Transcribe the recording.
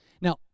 Now